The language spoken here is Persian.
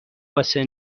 واسه